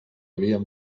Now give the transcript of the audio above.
havíem